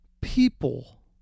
people